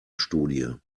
studie